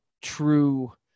true